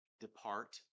depart